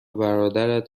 برادرت